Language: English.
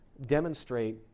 demonstrate